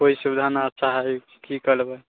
कोइ सुविधा नहि अच्छा हइ की करबै